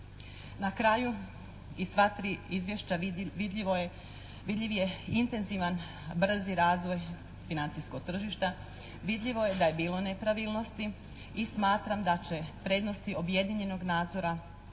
Na kraju iz sva tri izvješća vidljiv je intenzivan i brzi razvoj financijskog tržišta, vidljivo je da je bilo nepravilnosti i smatram da će prednosti objedinjenog nadzora